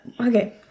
Okay